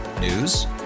News